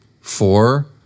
four